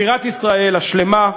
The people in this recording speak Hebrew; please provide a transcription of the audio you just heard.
בירת ישראל השלמה,